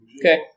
Okay